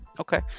Okay